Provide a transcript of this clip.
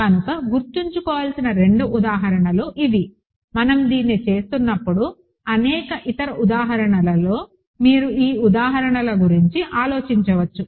కనుక గుర్తుంచుకోవలసిన రెండు ఉదాహరణలు ఇవి మనం దీన్ని చేస్తున్నప్పుడు అనేక ఇతర ఉదాహరణలలో మీరు ఈ ఉదాహరణల గురించి ఆలోచించవచ్చు